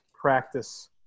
practice